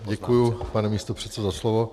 Děkuji, pane místopředsedo, za slovo.